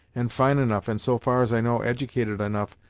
and fine enough, and so far as i know edicated enough,